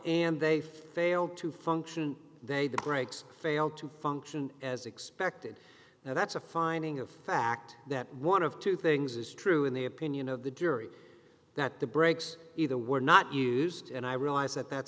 and they failed to function they the brakes failed to function as expected now that's a finding of fact that one of two things is true in the opinion of the jury that the brakes either were not used and i realize that that